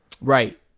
Right